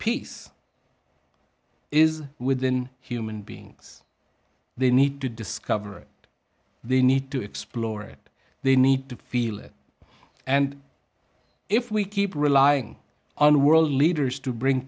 peace is within human beings they need to discover it they need to explore it they need to feel it and if we keep relying on world leaders to bring